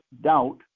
doubt